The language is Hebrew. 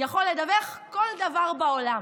יכול לתווך כל דבר בעולם.